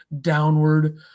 downward